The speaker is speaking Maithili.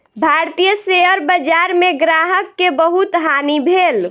भारतीय शेयर बजार में ग्राहक के बहुत हानि भेल